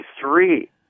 three